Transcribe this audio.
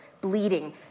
bleeding